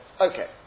Okay